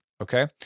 Okay